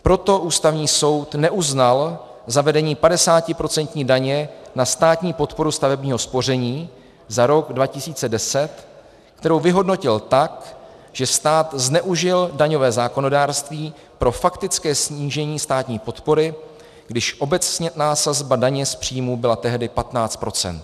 Proto Ústavní soud neuznal zavedení padesátiprocentní daně na státní podporu stavebního spoření za rok 2010, kterou vyhodnotil tak, že stát zneužil daňové zákonodárství pro faktické snížení státní podpory, když obecná sazba daně z příjmů byla tehdy 15 %.